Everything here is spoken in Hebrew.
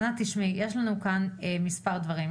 ענת, יש לנו כאן מספר דברים.